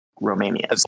Romania